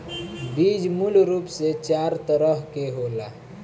बीज मूल रूप से चार तरह के होला